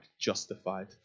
justified